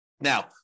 Now